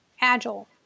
agile